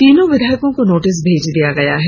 तीनों विधायकों को नोटिस भेज दिया गया है